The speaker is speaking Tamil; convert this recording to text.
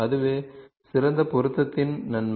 அதுவே சிறந்த பொருத்தத்தின் நன்மை